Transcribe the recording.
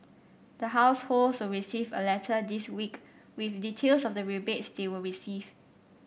the households will receive a letter this week with details of the rebates they will receive